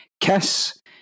Kiss